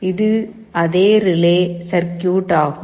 இது அதே relay circuit ஆகும்